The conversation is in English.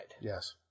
Yes